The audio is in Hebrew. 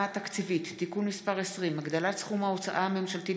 התקציבית (תיקון מס' 20) (הגדלת סכום ההוצאה הממשלתית